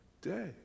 day